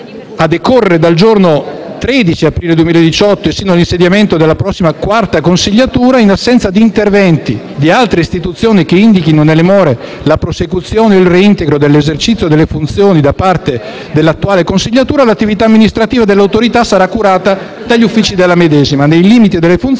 a decorrere dal giorno 13 aprile 2018 e sino l'insediamento della prossima quarta consiliatura, in assenza di interventi di altre istituzioni che indichino nelle more la prosecuzione e il reintegro dell'esercizio delle funzioni da parte dell'attuale consiliatura, l'attività amministrativa dell'Autorità sarà curata dagli uffici della medesima, nei limiti delle funzioni